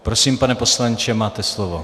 Prosím, pane poslanče, máte slovo.